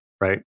right